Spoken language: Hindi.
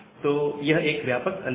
तो यह एक व्यापक अंतर है